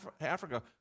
Africa